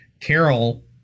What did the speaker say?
Carol